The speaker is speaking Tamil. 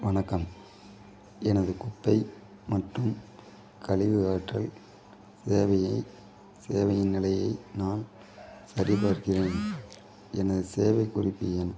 வணக்கம் எனது குப்பை மற்றும் கழிவு அகற்றல் சேவையை சேவையின் நிலையை நான் சரிபார்க்கிறேன் எனது சேவை குறிப்பு எண்